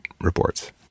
reports